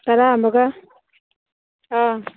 ꯇꯔꯥ ꯑꯃꯒ ꯑꯥ